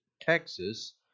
Texas